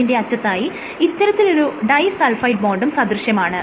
ഇതിന്റെ അറ്റത്തായി ഇത്തരത്തിലൊരു ഡൈ സൾഫൈഡ് ബോണ്ടും സദൃശ്യമാണ്